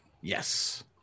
Yes